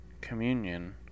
Communion